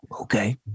Okay